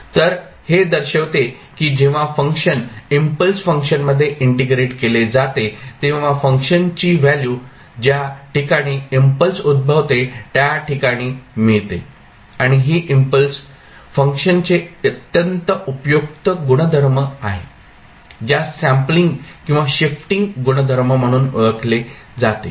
तर हे दर्शवते की जेव्हा फंक्शन इम्पल्स फंक्शनमध्ये इंटिग्रेट केले जाते तेव्हा फंक्शनची व्हॅल्यू ज्या ठिकाणी इम्पल्स उद्भवते त्या ठिकाणी मिळते आणि ही इम्पल्स फंक्शनचे अत्यंत उपयुक्त गुणधर्म आहे ज्यास सॅम्पलिंग किंवा शिफ्टिंग गुणधर्म म्हणून ओळखले जाते